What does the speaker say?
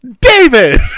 David